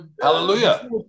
Hallelujah